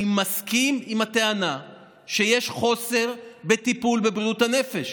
אני מסכים לטענה שיש חוסר בטיפול בבריאות הנפש.